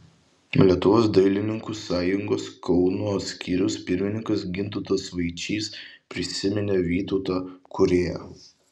lietuvos dailininkų sąjungos kauno skyriaus pirmininkas gintautas vaičys prisiminė vytautą kūrėją